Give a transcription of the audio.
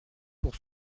pour